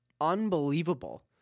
unbelievable